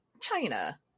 China